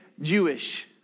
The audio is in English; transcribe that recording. Jewish